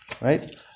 right